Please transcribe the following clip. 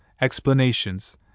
explanations